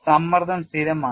സമ്മർദ്ദം സ്ഥിരമാണ്